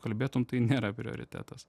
kalbėtum tai nėra prioritetas